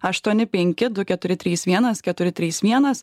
aštuoni penki du keturi trys vienas keturi trys vienas